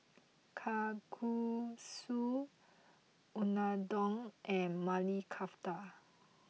Kalguksu Unadon and Maili Kofta